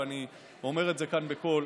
ואני אומר את זה כאן בקול.